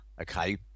Okay